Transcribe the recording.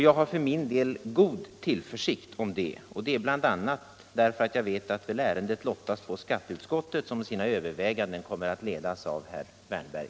Jag har för min del god tillförsikt om det, bl.a. därför att ärendet väl lottas på skatteutskottet, som vid sina överväganden kommer att ledas av herr Wärnberg.